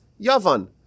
yavan